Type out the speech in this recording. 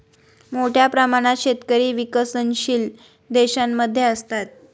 मोठ्या प्रमाणात शेतकरी विकसनशील देशांमध्ये असतात